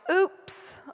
oops